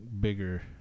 bigger